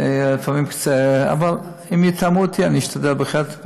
אם יתאמו אתי, אני אשתדל, בהחלט.